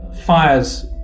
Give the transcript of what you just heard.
Fires